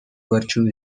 virtue